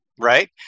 right